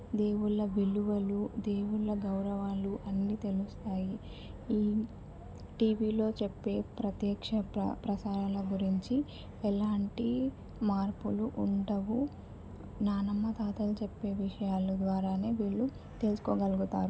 దేవుళ్ళ విలువలు దేవుళ్ళ గౌరవాలు అన్నీ తెలుస్తాయి ఈ టీవీలో చెప్పే ప్రత్యక్ష ప్ర ప్రసారాల గురించి ఎలాంటి మార్పులు ఉండవు నాన్నమ్మ తాతయ్యలు చెప్పే విషయాలు ద్వారానే వీళ్ళు తెలుసుకోగలుగుతారు